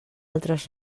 altres